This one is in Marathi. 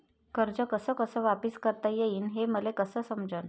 कर्ज कस कस वापिस करता येईन, हे मले कस समजनं?